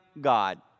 God